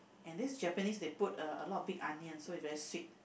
and that's Japanese they put a a lot of big onion so is very sweet